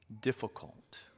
difficult